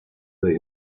they